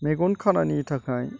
मेगन खानानि थाखाय